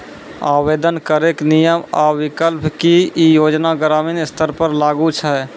आवेदन करैक नियम आ विकल्प? की ई योजना ग्रामीण स्तर पर लागू छै?